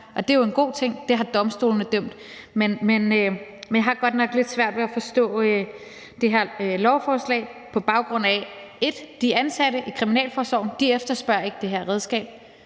og det er jo en god ting; det har domstolene dømt. Men jeg har godt nok lidt svært ved at forstå det her lovforslag, på baggrund af 1) at de ansatte i kriminalforsorgen ikke efterspørger det her redskab,